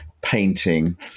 painting